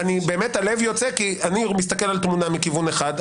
הלב יוצא כי אני מסתכל על התמונה מכיוון אחד,